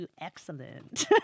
excellent